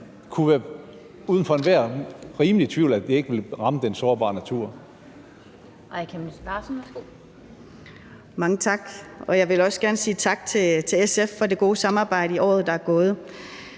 olie, som uden for enhver rimelig tvivl ikke vil ramme den sårbare natur.